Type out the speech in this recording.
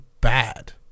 bad